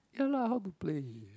ya lah how to play